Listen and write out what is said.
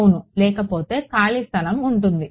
అవును లేకపోతే ఖాళీ స్థలం ఉంటుంది